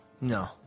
No